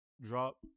drop